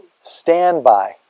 Standby